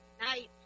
Night